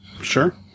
Sure